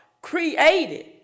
created